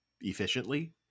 efficiently